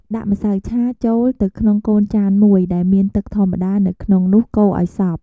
ដាក់ម្សៅឆាចូលទៅក្នុងកូនចានមួយដែលមានទឺកធម្មតានៅក្នុងនោះកូរឱ្យសព្វ។